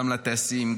גם לטייסים,